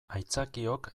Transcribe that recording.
aitzakiok